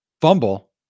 Fumble